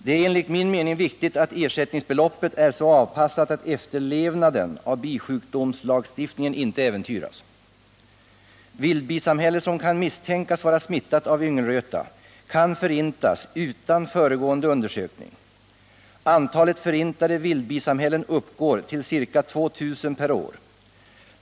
Det är enligt min mening viktigt att ersättningsbeloppet är så avpassat att efterlevnaden av bisjukdomslagstiftningen inte äventyras. Vildbisamhälle som kan misstänkas vara smittat av yngelröta kan förintas utan föregående undersökning. Antalet förintade vildbisamhällen uppgår till ca 2000 per år.